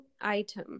item